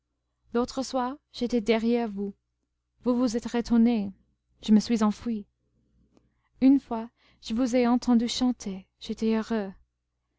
l'autre soir j'étais derrière vous vous vous êtes retournée je me suis enfui une fois je vous ai entendue chanter j'étais heureux